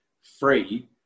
free